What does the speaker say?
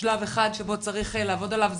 שלב אחד שבו צריך לעבוד עליו.